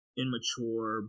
immature